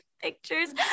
Pictures